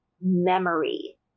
memory